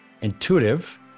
intuitive